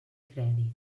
crèdit